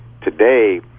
Today